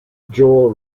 joel